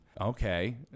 okay